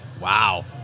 Wow